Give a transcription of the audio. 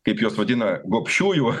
kaip juos vadina gobšiųjų